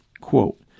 quote